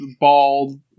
bald